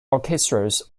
orchestras